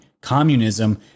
communism